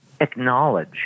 acknowledge